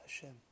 Hashem